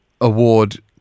award